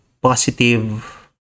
positive